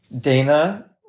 Dana